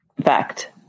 fact